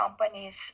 companies